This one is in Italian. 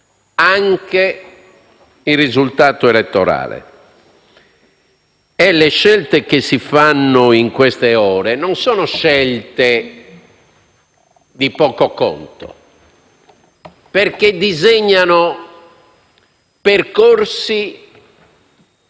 anche il risultato elettorale. E le scelte che si fanno in queste ore non sono di poco conto, perché disegnano percorsi